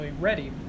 ready